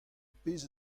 pezh